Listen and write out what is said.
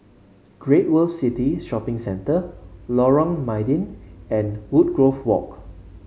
Great World City Shopping Centre Lorong Mydin and Woodgrove Walk